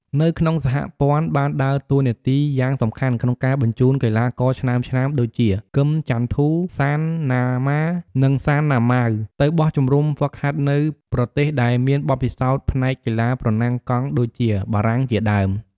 នៅក្នុងសហព័ន្ធបានដើរតួនាទីយ៉ាងសំខាន់ក្នុងការបញ្ជូនកីឡាករឆ្នើមៗដូចជា គឹម ចាន់ធូ, សាន ណាម៉ា, និង សាន ណាម៉ាវ ទៅបោះជំរំហ្វឹកហាត់នៅប្រទេសដែលមានបទពិសោធន៍ផ្នែកកីឡាប្រណាំងកង់ដូចជា បារាំងជាដើម។